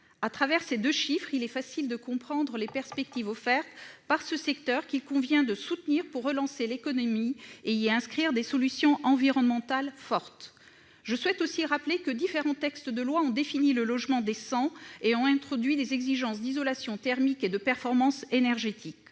À travers ces deux chiffres, il est facile de comprendre les perspectives offertes par ce secteur, qu'il convient de soutenir pour relancer l'économie tout en y inscrivant des solutions environnementales fortes. Je souhaite aussi rappeler que différents textes législatifs ont défini le logement décent et ont introduit des exigences d'isolation thermique et de performance énergétique.